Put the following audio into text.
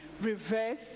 reverse